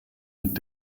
mit